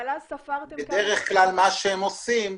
בדרך כלל מה שעושים,